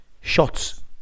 shots